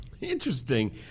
interesting